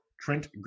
trent